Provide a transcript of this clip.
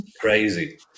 Crazy